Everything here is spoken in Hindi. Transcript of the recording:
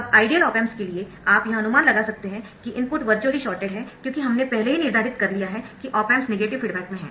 अब आइडियल ऑप एम्प्स के लिए आप यह अनुमान लगा सकते है कि इनपुट वर्चुअली शॉर्टेड है क्योंकि हमने पहले ही निर्धारित कर लिया है कि ऑप एम्प्स नेगेटिव फीडबैक में हैं